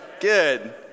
Good